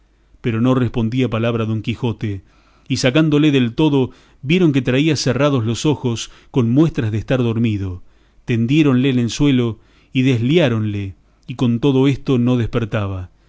pero no respondía palabra don quijote y sacándole del todo vieron que traía cerrados los ojos con muestras de estar dormido tendiéronle en el suelo y desliáronle y con todo esto no despertaba